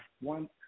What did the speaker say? one